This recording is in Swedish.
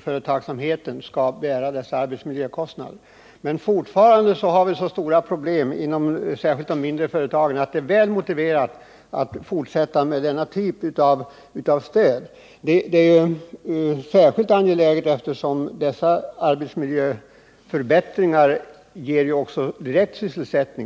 företagen skall bära arbetsmiljökostnaderna. Men fortfarande har vi så stora problem, särskilt inom de mindre företagen, att det är väl motiverat att fortsätta med denna typ av stöd. Det är särskilt angeläget, eftersom dessa arbetsmiljöförbättringar också ger direkt sysselsättning.